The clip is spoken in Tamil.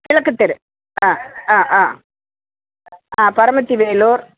கிழக்கு தெரு ஆ ஆ ஆ பரமத்தி வேலூர்